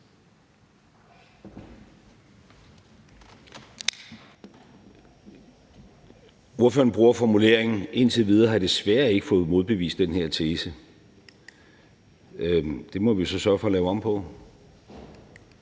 Lidegaard bruger formuleringen: »Indtil nu har jeg desværre ikke fået modbevist den tese.« Det må vi jo så sørge for at lave om på.